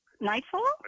nightfall